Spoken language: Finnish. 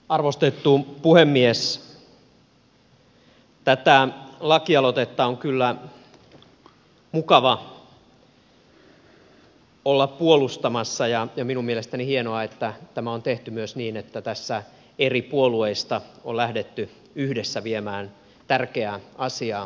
tätä lakialoitetta on kyllä mukava olla puolustamassa ja minun mielestäni on hienoa että tämä on tehty myös niin että tässä on eri puolueista lähdetty yhdessä viemään tärkeää asiaa eteenpäin